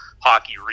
hockey